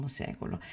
secolo